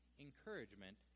encouragement